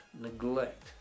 neglect